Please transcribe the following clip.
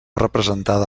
representada